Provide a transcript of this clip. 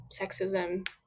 sexism